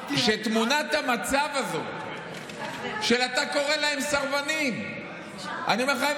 תמונת המצב הזאת שאתה קורא להם "סרבנים" אני אומר לך,